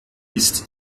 ist